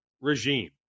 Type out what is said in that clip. regime